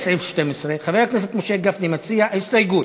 חבר הכנסת משה גפני מציע הסתייגות,